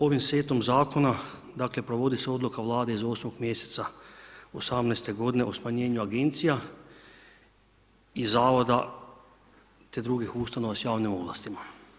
Ovim setom zakona, dakle, provodi se odluka Vlade iz 8. mjeseca 18. godine o smanjenju agencija i zavoda, te drugih ustanova s javnim ovlastima.